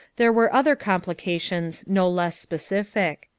there were other complications no less specific.